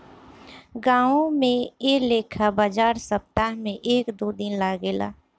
गांवो में ऐ लेखा बाजार सप्ताह में एक दू दिन लागेला